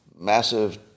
Massive